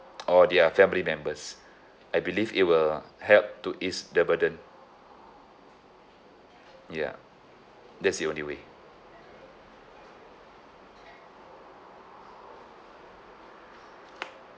or their family members I believe it will help to ease the burden ya that's the only way